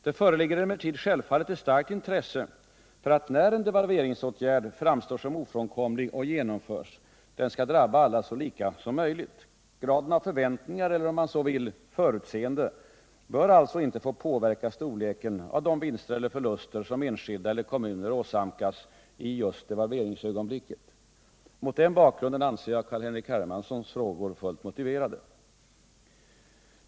Det föreligger emellertid självfallet ett starkt intresse för att, när en devalveringsåtgärd framstår som ofrånkomlig och genomförs, den skall drabba alla så lika som möjligt. Graden av förväntningar eller — om man så vill — förutseende bör alltså inte få påverka storleken av de vinster eller förluster som enskilda eller kommuner åsamkas i just devalveringsögonblicket. Mot den bakgrunden anser jag att Carl-Henrik Hermanssons frågor är fullt motiverade.